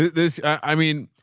there's i mean,